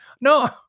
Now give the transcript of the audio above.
No